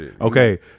Okay